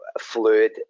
fluid